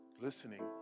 Listening